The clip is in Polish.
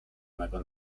mego